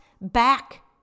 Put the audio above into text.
back